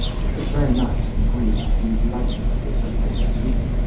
which looked very nice and green and seemed likely to be a good place to feed in.